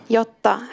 jotta